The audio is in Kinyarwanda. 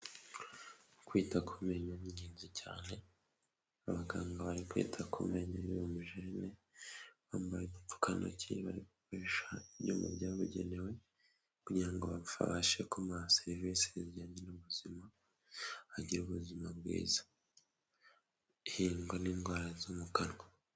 Kwita ku menyo ni ingenzi cyane. Abaganga bari kwita ku menyo y'umujene bambaye udupfukantoki bari gukoresha ibyuma byabugenewe kugirango ba babashe kumuha serivisi zijyanye n'ubuzima bagira ubuzima bwiza hirindwa n'indwara zo mu kanwa.